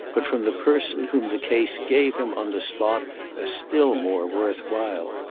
but from the person whom the case gave him on the spot as still more worth while.